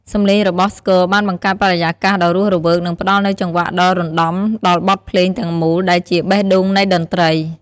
សំឡេងរបស់ស្គរបានបង្កើតបរិយាកាសដ៏រស់រវើក និងផ្តល់នូវចង្វាក់ដ៏រណ្តំដល់បទភ្លេងទាំងមូល ដែលជាបេះដូងនៃតន្ត្រី។